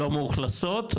לא מאוכלסות?